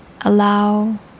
Allow